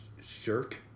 Shirk